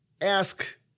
ask